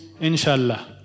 inshallah